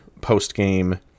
post-game